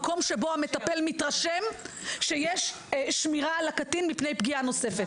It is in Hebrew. מקום שבו המטפל מתרשם שיש שמירה על הקטין מפני פגיעה נוספת.